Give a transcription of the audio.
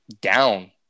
down